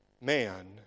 man